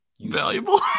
valuable